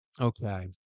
Okay